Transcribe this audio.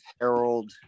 Harold